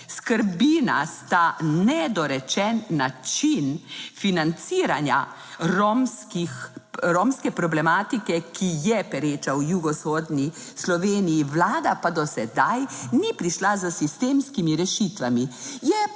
Skrbi nas ta nedorečen način financiranja romske problematike, ki je pereča v jugovzhodni Sloveniji. Vlada pa do sedaj ni prišla s sistemskimi rešitvami.